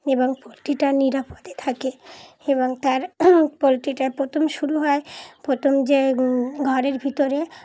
এবং পোলট্রিটা নিরাপদে থাকে এবং তার পোলট্রিটা প্রথম শুরু হয় প্রথম যে ঘরের ভিতরে